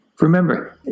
Remember